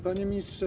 Panie Ministrze!